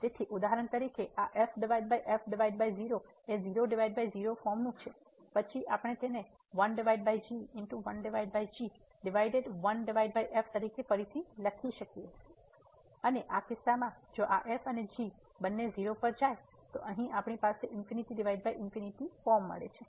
તેથી ઉદાહરણ તરીકે આ 0 એ 00 ફોર્મ નું છે પછી આપણે તેને ડિવાઈડેડ તરીકે ફરીથી લખી શકીએ અને આ કિસ્સામાં જો આ f અને g બંને 0 પર જાય તો અહીં આપણી પાસે ∞∞ ફોર્મ છે